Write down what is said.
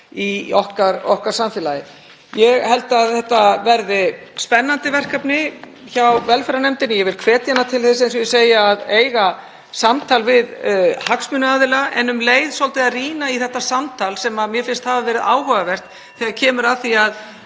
í okkar samfélagi. Ég held að þetta verði spennandi verkefni hjá velferðarnefnd en ég vil hvetja hana til þess, eins og ég segi, (Forseti hringir.) að eiga samtal við hagsmunaaðila en um leið svolítið að rýna í þetta samtal, sem mér finnst hafa verið áhugavert, um hvert